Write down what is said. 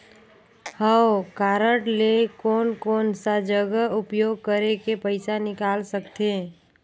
हव कारड ले कोन कोन सा जगह उपयोग करेके पइसा निकाल सकथे?